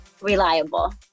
reliable